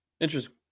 Interesting